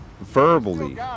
Verbally